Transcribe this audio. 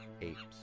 apes